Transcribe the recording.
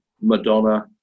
Madonna